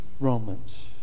Romans